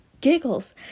giggles